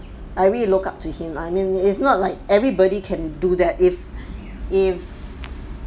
I really look up to him I mean it's not like everybody can do that if